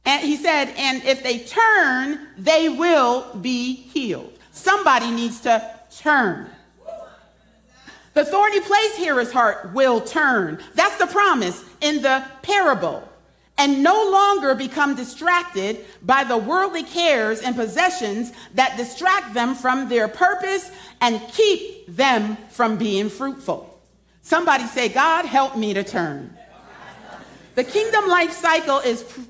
And he said, "And if they turn, they will be healed." Somebody needs to turn. The thorny place here is heart will turn. That's the promise in the parable. And no longer become distracted by the worldly cares and possessions that distract them from their purpose and keep them from being fruitful. Somebody say, "God, help me to turn." The kingdom life cycle is